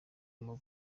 guma